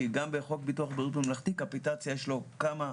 כי גם בחוק ביטוח בריאות ממלכתי לקפיטציה יש כמה.